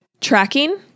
tracking